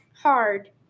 hard